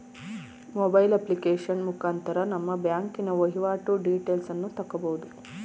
mobile application ಮುಖಾಂತರ ನಮ್ಮ ಬ್ಯಾಂಕಿನ ವೈವಾಟು ಡೀಟೇಲ್ಸನ್ನು ತಕ್ಕಬೋದು